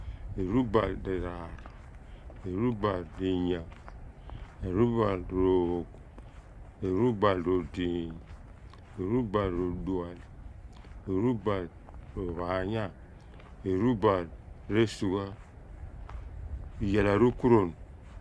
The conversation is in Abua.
Erubal riraar erubaal riiyaa erubaal roogh erubal roeliing erubaal rodual erubaal rophaanya erubal resugha iyaal a rukuruon